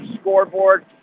scoreboard